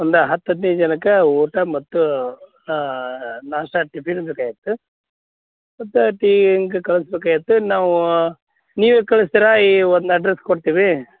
ಒಂದು ಹತ್ತು ಹದಿನೈದು ಜನಕ್ಕೆ ಊಟ ಮತ್ತು ನಾಷ್ಟಾ ಟಿಫಿನ್ ಬೇಕಾಗಿತ್ತು ಮತ್ತು ಟೀ ಹಿಂಗ್ ಕಳ್ಸ್ಬೇಕಾಗಿತ್ತು ನಾವು ನೀವೇ ಕಳಿಸ್ತೀರಾ ಈ ಒಂದು ಅಡ್ರಸ್ ಕೊಡ್ತೀವಿ